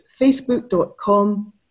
facebook.com